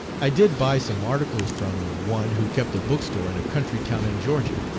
i did buy some articles from one who kept a book-store in a country town in georgia.